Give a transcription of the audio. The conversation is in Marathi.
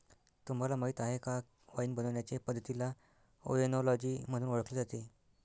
तुम्हाला माहीत आहे का वाइन बनवण्याचे पद्धतीला ओएनोलॉजी म्हणून ओळखले जाते